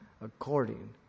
according